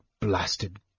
blasted